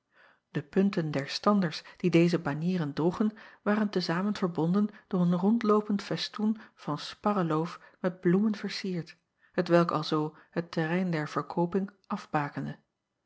e punten der standers die deze banieren droegen waren te zamen verbonden door een rondloopend festoen van sparreloof met bloemen vercierd hetwelk alzoo het terrein der verkooping afbakende